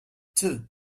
two